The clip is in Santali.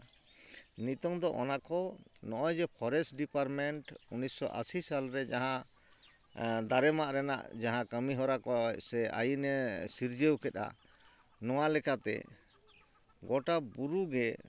ᱱᱤᱛᱳᱝ ᱫᱚ ᱚᱱᱟ ᱠᱚ ᱱᱚᱜᱼᱚᱭ ᱡᱮ ᱯᱷᱚᱨᱮᱥᱴ ᱰᱤᱯᱟᱨᱴᱢᱮᱱᱴ ᱩᱱᱤᱥ ᱥᱚ ᱟᱥᱤ ᱥᱟᱞ ᱨᱮ ᱡᱟᱦᱟᱸ ᱫᱟᱨᱮ ᱢᱟᱸᱜ ᱨᱮᱱᱟᱜ ᱡᱟᱦᱟᱸ ᱠᱟᱹᱢᱤ ᱦᱚᱨᱟ ᱠᱚ ᱥᱮ ᱟᱭᱤᱱᱮ ᱥᱤᱨᱡᱟᱹᱣ ᱠᱮᱫᱼᱟ ᱱᱚᱣᱟ ᱞᱮᱠᱟᱛᱮ ᱜᱚᱴᱟ ᱵᱩᱨᱩ ᱜᱮ